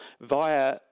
via